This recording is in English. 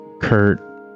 Kurt